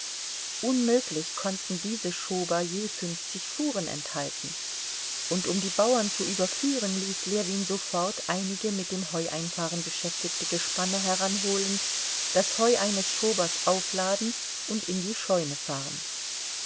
unmöglich konnten diese schober je fünfzig fuhren enthalten und um die bauern zu überführen ließ ljewin sofort einige mit dem heueinfahren beschäftigte gespanne heranholen das heu eines schobers aufladen und in die scheune fahren